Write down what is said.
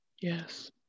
Yes